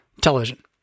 television